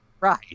right